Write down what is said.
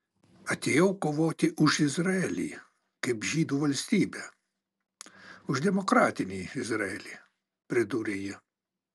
atėjau kovoti už izraelį kaip žydų valstybę už demokratinį izraelį pridūrė ji